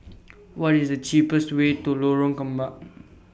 What IS The cheapest Way to Lorong Kembang